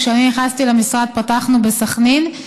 וכשאני נכנסתי למשרד פתחנו בסח'נין.